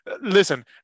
listen